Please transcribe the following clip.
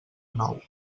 nou